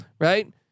right